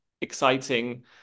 exciting